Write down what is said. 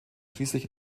schließlich